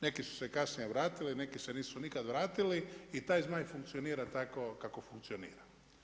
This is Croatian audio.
Neki su se kasnije vratili, neki se nisu nikada vratili i taj Zmaj funkcionira tako kako funkcionira.